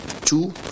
Two